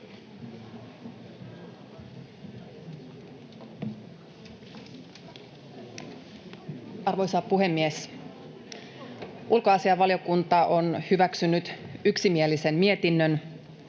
Arvoisa puhemies! Ulkoasiainvaliokunta on hyväksynyt yksimielisen mietinnön